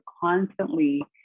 constantly